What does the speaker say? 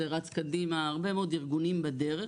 זה רץ קדימה, הרבה מאוד ארגונים בדרך,